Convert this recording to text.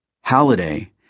Halliday